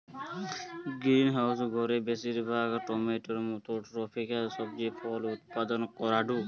greenhouse ঘরে বেশিরভাগ টমেটোর মতো ট্রপিকাল সবজি ফল উৎপাদন করাঢু